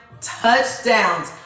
touchdowns